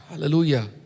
Hallelujah